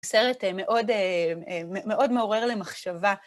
סרט מאוד מעורר למחשבה.